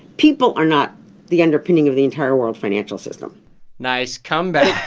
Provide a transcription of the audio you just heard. people are not the underpinning of the entire world financial system nice comeback